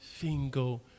single